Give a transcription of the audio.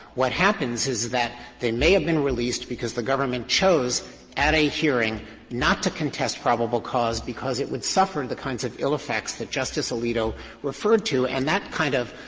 what happens is that they may have been released because the government chose at a hearing not to contest probable cause because it would suffer and the kinds of ill effects that justice alito referred to, and that kind of